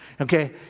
okay